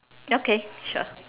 okay sure